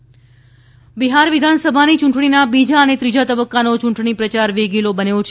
બિહાર ચૂંટણી બિહાર વિધાનસભાની ચૂંટણીના બીજા અને ત્રીજા તબક્કાનો ચૂંટણી પ્રચાર વેગીલો બન્યો છે